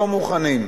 לא מוכנים.